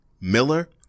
Miller